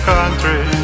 country